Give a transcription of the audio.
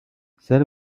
ser